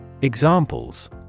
Examples